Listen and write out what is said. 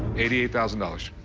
eighty eight thousand dollars.